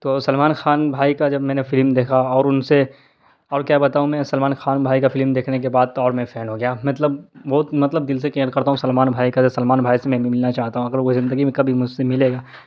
تو سلمان خان بھائی جب میں نے فلم دیکھا اور ان سے اور کیا بتاؤں میں سلمان خان بھائی کا فلم دیکھنے کے بعد تو اور میں فین ہو گیا مطلب بہت مطلب دل سے کیئر کرتا ہوں سلمان بھائی کا سلمان بھائی سے میں بھی ملنا چاہتا ہوں اگر وہ زندگی میں مجھ سے ملے گا